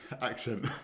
accent